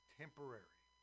temporary